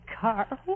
Carl